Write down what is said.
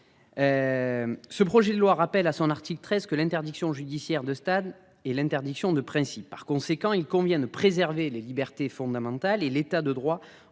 Ce projet de loi rappelle à son article 13 que l'interdiction judiciaire de stade et l'interdiction de principe. Par conséquent, il convient de préserver les libertés fondamentales et l'État de droit